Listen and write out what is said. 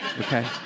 Okay